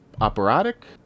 Operatic